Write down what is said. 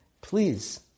Please